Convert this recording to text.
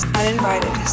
uninvited